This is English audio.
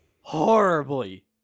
horribly